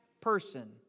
person